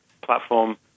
platform